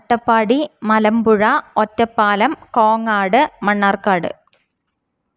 Attappadi Malampuzha Ottapalam Kongad Mannarkkad